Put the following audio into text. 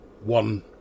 one